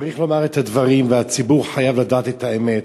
צריך לומר את הדברים, והציבור חייב לדעת את האמת,